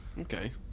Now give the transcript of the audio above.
okay